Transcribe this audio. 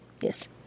Yes